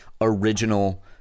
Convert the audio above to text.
original